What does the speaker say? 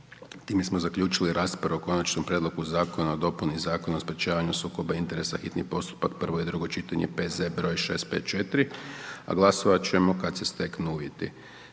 Time smo zaključili raspravu o Konačnom prijedlogu Zakona o sprječavanju sukoba interesa, hitni postupak, prvo i drugo čitanje, P.Z. 654 a glasovat ćemo kad se steknu uvjeti.